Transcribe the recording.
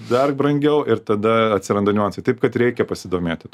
dar brangiau ir tada atsiranda niuansai taip kad reikia pasidomėti